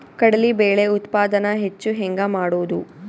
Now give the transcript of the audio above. ಕಡಲಿ ಬೇಳೆ ಉತ್ಪಾದನ ಹೆಚ್ಚು ಹೆಂಗ ಮಾಡೊದು?